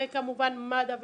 וכמובן מד"א,